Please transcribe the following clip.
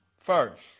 First